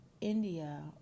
India